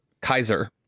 Kaiser